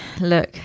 look